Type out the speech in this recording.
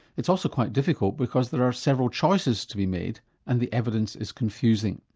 it's also quite difficult because there are several choices to be made and the evidence is confusing.